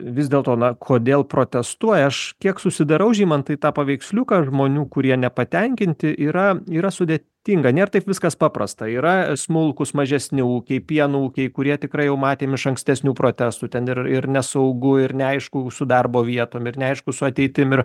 vis dėlto na kodėl protestuoja aš kiek susidarau žymantai tą paveiksliuką žmonių kurie nepatenkinti yra yra sudėtinga nėr taip viskas paprasta yra smulkūs mažesni ūkiai pieno ūkiai kurie tikrai jau matėm iš ankstesnių protestų ten ir ir nesaugu ir neaišku su darbo vietom ir neaišku su ateitim ir